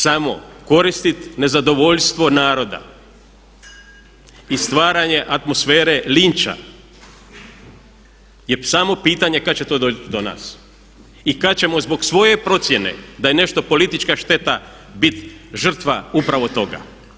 Samo koristit nezadovoljstvo naroda i stvaranje atmosfere linča je samo pitanje kad će to doći do nas i kad ćemo zbog svoje procjene da je nešto politička šteta bit žrtva upravo toga.